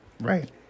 Right